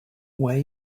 where